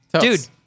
dude